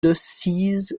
decize